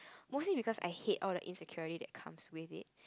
mostly because I hate all the insecurity that comes with it